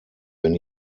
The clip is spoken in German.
wenn